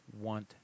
want